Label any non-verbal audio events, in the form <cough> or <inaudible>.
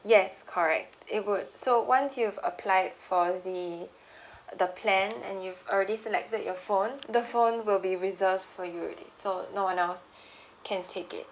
yes correct it would so once you've applied for the <breath> the plan and you've already selected your phone the phone will be reserved for you already so no one else can take it